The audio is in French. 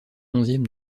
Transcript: onzième